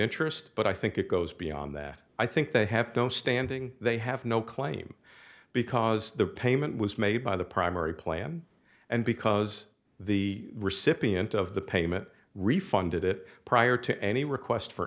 interest but i think it goes beyond that i think they have no standing they have no claim because the payment was made by the primary plan and because the recipient of the payment refunded it prior to any request for